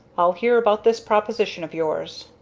i'll hear about this proposition of yours.